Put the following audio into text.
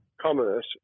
commerce